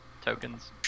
tokens